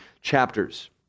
chapters